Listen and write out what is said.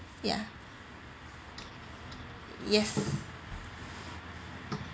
ya yes